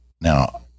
Now